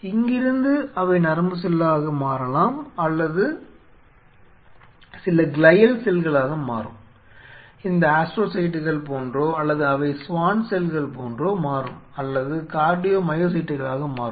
இங்கிருந்து அவை நரம்பு செல்லாக மாறலாம் அல்லது சில கிளையல் செல்களாக மாறும் இந்த ஆஸ்ட்ரோசைட்டுகள் போன்றோ அல்லது அவை ஸ்வான் செல்களாகவோ மாறும் அல்லது கார்டியோமையோசைட்டுகளாக மாறும்